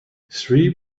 three